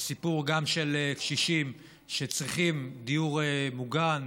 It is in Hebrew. זה סיפור גם של קשישים שצריכים דיור מוגן,